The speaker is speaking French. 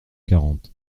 quarante